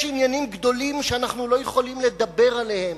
יש עניינים גדולים שאנחנו לא יכולים לדבר עליהם,